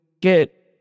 get